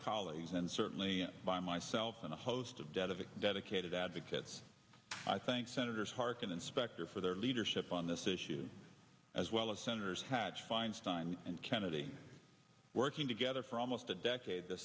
colleagues and certainly by myself and a host of debt of dedicated advocates i thank senator harkin inspector for their leadership on this issue as well as senators hatch feinstein and kennedy working together for almost a decade the